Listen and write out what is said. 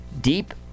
deep